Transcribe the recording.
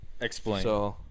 Explain